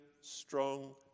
strong